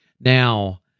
Now